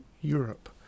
Europe